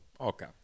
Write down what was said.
Okay